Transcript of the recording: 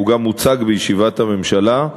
והוא גם הוצג בישיבת הממשלה,